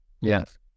Yes